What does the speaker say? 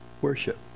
worship